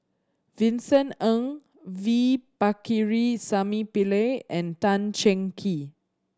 Vincent Ng V Pakirisamy Pillai and Tan Cheng Kee